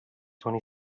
twenty